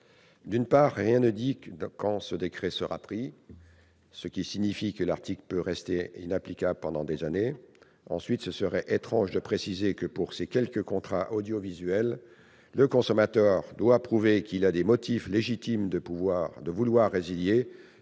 rectifié , rien ne dit quand le décret prévu sera pris, ce qui signifie que l'article pourrait rester inapplicable pendant des années. Par ailleurs, il serait étrange de préciser que, pour ces quelques contrats audiovisuels, le consommateur doit prouver qu'il a des motifs légitimes de vouloir résilier